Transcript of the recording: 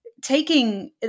Taking